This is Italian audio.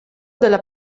della